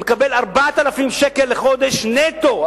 מקבל 4,000 שקל לחודש נטו,